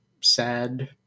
sad